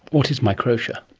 what is microtia?